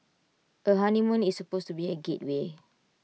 A honeymoon is supposed to be A gateway